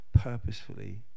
purposefully